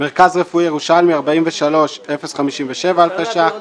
מרכז רפואי ירושלמי, 43,057 אלפי שקלים חדשים,